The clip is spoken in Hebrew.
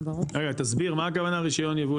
רגע תסביר, מה הכוונה רישיון יבוא להסגר?